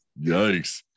Yikes